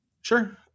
Sure